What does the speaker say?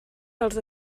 als